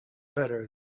better